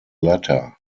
latter